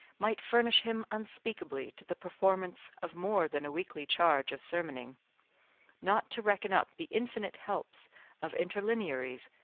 might furnish him unspeakably to the performance of more than a weekly charge of sermoning not to reckon up the infinite helps of interlinearies,